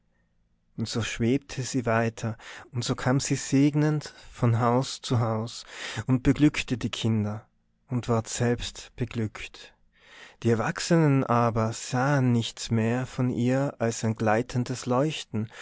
und so schwebte sie weiter und so kam sie segnend von haus zu haus und beglückte die kinder und ward selbst beglückt die erwachsenen aber sahen nichts mehr von ihr als ein gleitendes leuchten